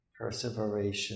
perseveration